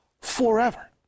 forever